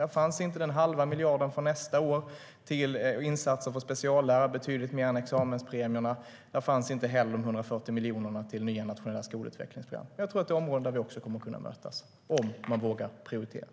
Där fanns inte den halva miljarden för nästa år till insatser för speciallärare - betydligt mer än examenspremierna. Där fanns inte heller de 140 miljonerna till nya nationella skolutvecklingsprogram. Jag tror att det är områden där vi också kommer att kunna mötas, om man vågar prioritera.